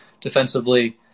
defensively